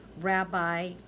Rabbi